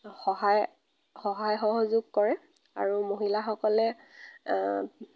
সহায় সহায় সহযোগ কৰে আৰু মহিলাসকলে